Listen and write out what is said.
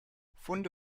funde